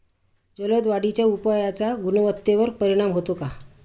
जलद वाढीच्या उपायाचा गुणवत्तेवर परिणाम होतो का?